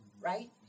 right